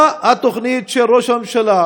מה התוכנית של ראש הממשלה?